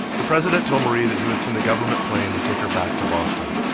the president told marie that he would send a government plane to take her back to boston.